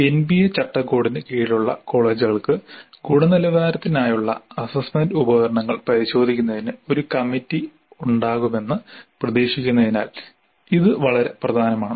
NBA ചട്ടക്കൂടിന് കീഴിലുള്ള കോളേജുകൾക്ക് ഗുണനിലവാരത്തിനായുള്ള അസ്സസ്സ്മെന്റ് ഉപകരണങ്ങൾ പരിശോധിക്കുന്നതിന് ഒരു കമ്മിറ്റി ഉണ്ടാകുമെന്ന് പ്രതീക്ഷിക്കുന്നതിനാൽ ഇത് വളരെ പ്രധാനമാണ്